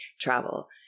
travel